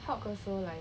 hulk also like